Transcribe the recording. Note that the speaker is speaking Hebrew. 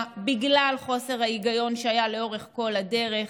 בגלל חוסר ההיגיון שהיה לאורך כל הדרך.